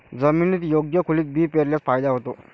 जमिनीत योग्य खोलीत बी पेरल्यास फायदा होतो